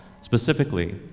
specifically